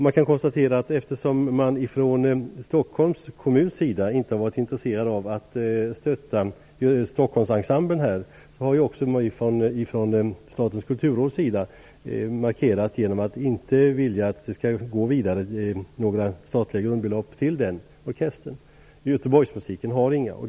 Man kan konstatera, att eftersom Stockholms kommun inte har varit intresserad av att stötta Stockholmsensemblen har också Statens kulturråd markerat genom att inte vilja anslå några statliga belopp till den orkestern. Göteborgsmusiken har inga anslag.